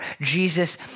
Jesus